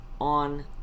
on